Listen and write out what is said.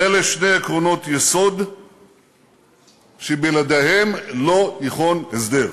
אלה שני עקרונות יסוד שבלעדיהם לא ייכון הסדר.